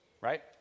right